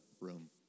room